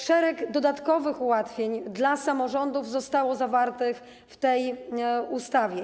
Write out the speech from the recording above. Szereg dodatkowych ułatwień dla samorządów zostało zawartych w tej ustawie.